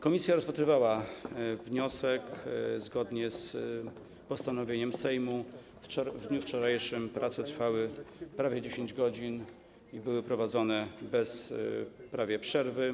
Komisja rozpatrywała wniosek zgodnie z postanowieniem Sejmu w dniu wczorajszym, prace trwały prawie 10 godzin i były prowadzone właściwie bez przerwy.